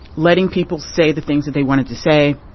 letting people say the things that they wanted to say